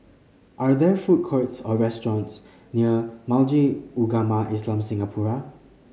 are there food courts or restaurants near Majli Ugama Islam Singapura